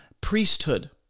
priesthood